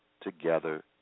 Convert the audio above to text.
together